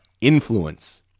influence